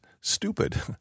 stupid